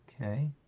Okay